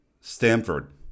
Stanford